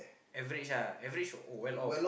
average ah average well off